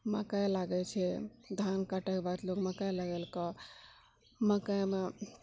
मकइ लागैत छै धान कटएके बाद लोग मकइ लगेलको मकइमे